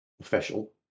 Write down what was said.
official